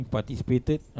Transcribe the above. Participated